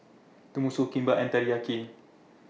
Tenmusu Kimbap and Teriyaki